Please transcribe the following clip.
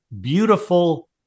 beautiful